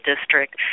district